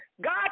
God